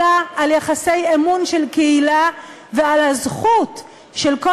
אלא על יחסי אמון של קהילה ועל הזכות של כל